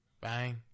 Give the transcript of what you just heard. Bang